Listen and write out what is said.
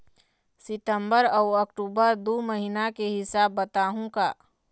सितंबर अऊ अक्टूबर दू महीना के हिसाब बताहुं का?